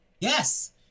Yes